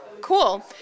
Cool